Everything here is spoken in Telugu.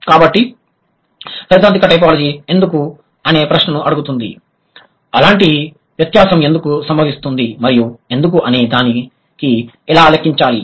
కాబట్టి సైద్ధాంతిక టైపోలాజీ ఎందుకు అనే ప్రశ్నను అడుగుతుంది అలాంటి వ్యత్యాసం ఎందుకు సంభవిస్తుంది మరియు ఎందుకు అనే దానికి ఎలా లెక్కించాలి